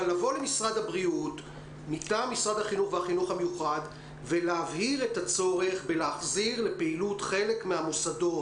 לבוא למשרד החינוך ולהבהיר את הצורך בלהחזיר לפעילות חלק מהמוסדות.